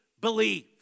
believe